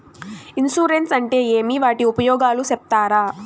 Insurance అంటే ఏమి? వాటి ఉపయోగాలు సెప్తారా?